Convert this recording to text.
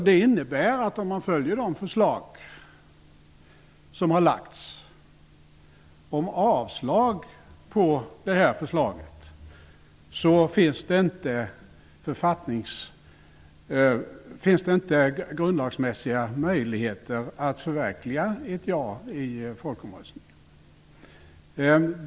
Det innebär att om man följer det förslag som har lagts om avslag på propositionen, finns det inte grundlagsmässiga möjligheter att förverkliga ett ja i folkomröstningen.